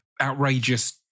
outrageous